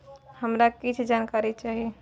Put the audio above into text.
हमरा कीछ जानकारी चाही